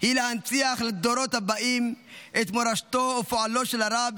היא להנציח לדורות הבאים את מורשתו ופועלו של הרב,